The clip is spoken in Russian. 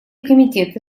комитеты